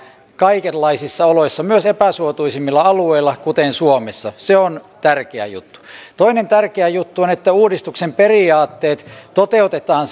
kaikenlaisissa oloissa myös epäsuotuisimmilla alueilla kuten suomessa se on tärkeä juttu toinen tärkeä juttu on että uudistuksen periaatteet toteutetaan